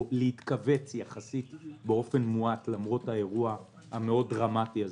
להתכווץ יחסית באופן מועט למרות האירוע הדרמטי הזה